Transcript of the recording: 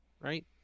right